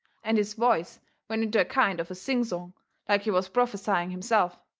and his voice went into a kind of a sing-song like he was prophesying himself.